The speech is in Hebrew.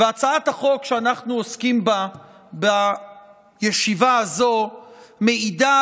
והצעת החוק שאנחנו עוסקים בה בישיבה זו מעידה